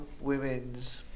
women's